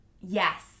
yes